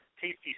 tasty